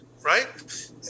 right